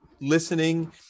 listening